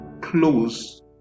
close